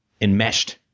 enmeshed